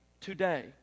today